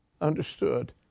understood